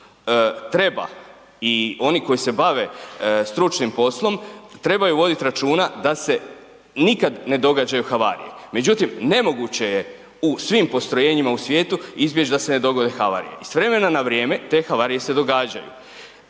treba i oni koji se bave stručnim poslom, trebaju voditi računa da se nikad ne događaju havarije međutim nemoguće je u svim postrojenjima u svijetu izbjeći da se ne dogode havarije i s vremena na vrijeme te havarije se događaju.